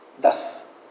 Thus